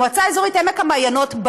מועצה אזורית עמק המעיינות.